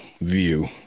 view